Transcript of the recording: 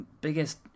biggest